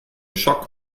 schock